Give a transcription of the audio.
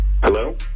Hello